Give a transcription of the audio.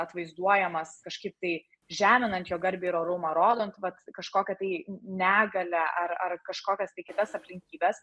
atvaizduojamas kažkaip tai žeminant jo garbę ir orumą rodant vat kažkokią tai negalią ar ar kažkokias tai kitas aplinkybes